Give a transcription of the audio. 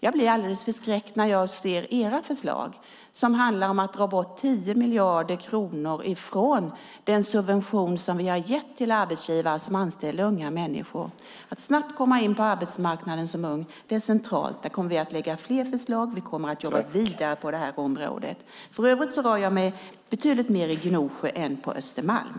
Jag blir därför alldeles förskräckt när jag ser era förslag som handlar om att dra bort 10 miljarder kronor från den subvention som vi har gett till arbetsgivare som anställer unga människor. Att snabbt komma in på arbetsmarknaden som ung är centralt. Där kommer vi att lägga fram förslag, och vi kommer att jobba vidare på det här området. För övrigt var jag betydligt mer i Gnosjö än på Östermalm.